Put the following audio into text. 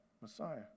Messiah